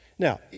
Now